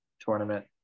tournament